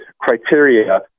criteria